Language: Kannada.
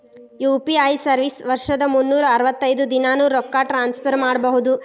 ಯು.ಪಿ.ಐ ಸರ್ವಿಸ್ ವರ್ಷದ್ ಮುನ್ನೂರ್ ಅರವತ್ತೈದ ದಿನಾನೂ ರೊಕ್ಕ ಟ್ರಾನ್ಸ್ಫರ್ ಮಾಡ್ಬಹುದು